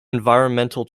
environmental